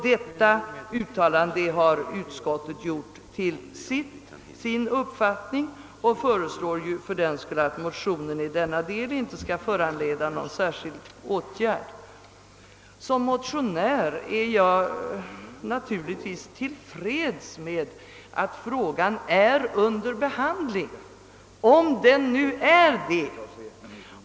Detta uttalande har utskottet åberopat och föreslår därför att motionen i denna del inte skall föranleda någon särskild åtgärd. Som motionär är jag naturligtvis till freds med att frågan är under behandling — om den nu är det.